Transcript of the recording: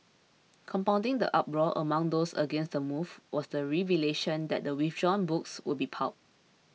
compounding the uproar among those against the move was the revelation that the withdrawn books would be pulped